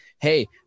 hey